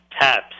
Taps